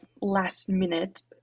last-minute